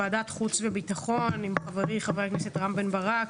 יחד עם חברי חבר הכנסת רם בן ברק.